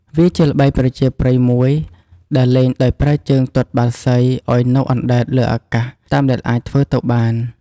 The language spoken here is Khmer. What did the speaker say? វាជាល្បែងប្រជាប្រិយមួយដែលលេងដោយប្រើជើងទាត់បាល់សីឲ្យនៅអណ្ដែតលើអាកាសបានយូរតាមដែលអាចធ្វើទៅបាន។